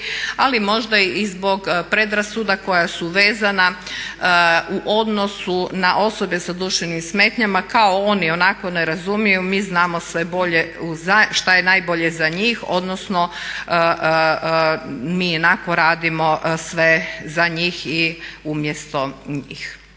ali možda i zbog predrasuda koje su vezane u odnosu na osobe sa duševnim smetnjama, kao oni ionako ne razumiju, mi znamo sve bolje, šta je najbolje za njih, odnosno mi ionako radimo sve za njih i umjesto njih.